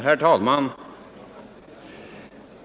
Herr talman!